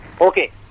Okay